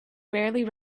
rarely